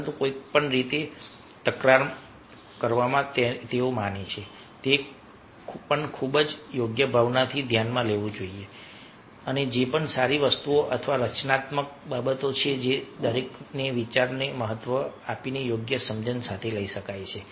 પરંતુ કોઈપણ રીતે તકરાર માનવામાં આવે છે તે પણ ખૂબ જ યોગ્ય ભાવનાથી ધ્યાનમાં લેવું જોઈએ અને જે પણ સારી વસ્તુઓ અથવા રચનાત્મક બાબતો છે જે દરેકના વિચારને મહત્વ આપીને યોગ્ય સમજણ સાથે લઈ શકાય છે